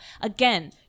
again